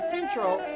Central